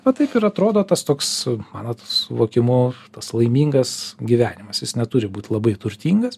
va taip ir atrodo tas toks mano suvokimu tas laimingas gyvenimas jis neturi būt labai turtingas